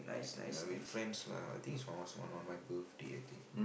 yeah with friends lah I think it's on on on my birthday I think